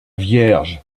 vierge